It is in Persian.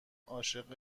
عاشق